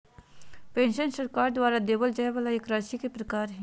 pension सरकार द्वारा देबल जाय वाला एक राशि के प्रकार हय